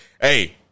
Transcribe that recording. Hey